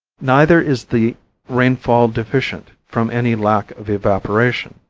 neither is the rainfall deficient from any lack of evaporation.